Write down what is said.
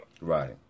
Right